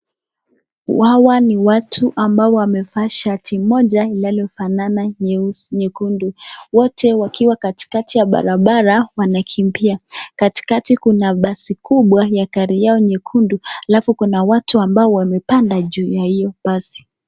Hawa ni watu ambao wamevaa shati moja linalofanana nyeusi nyekundu, wote wakiwa katikati ya barabara wanakimbia. Katikati kuna basi kubwa ya gari yao nyakundu halafu kuna watu ambao wamepanda juu ya hiyo basi.